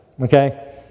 Okay